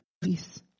peace